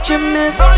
Gymnast